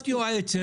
את יועצת